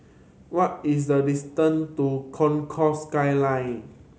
what is the distant to Concourse Skyline